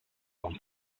con